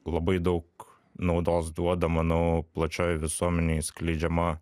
labai daug naudos duoda manau plačioj visuomenėj skleidžiama